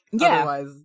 otherwise